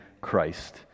Christ